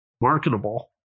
marketable